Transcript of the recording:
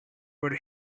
would